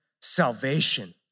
salvation